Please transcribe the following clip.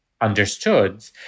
understood